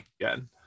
again